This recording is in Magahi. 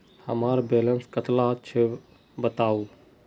हमार बैलेंस कतला छेबताउ?